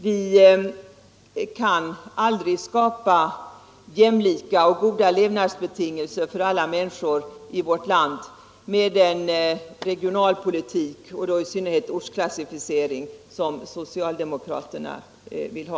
Vi kan aldrig skapa jämlika och goda levnadsbetingelser för alla människor i vårt land med den regionalpolitik och i synnerhet den ortsklassificering som socialdemokraterna vill ha.